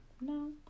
no